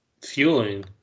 fueling